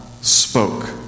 spoke